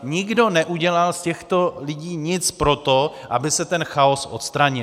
Nikdo neudělal z těchto lidí nic pro to, aby se ten chaos odstranil.